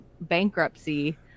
bankruptcy